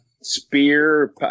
spear